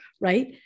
right